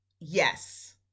yes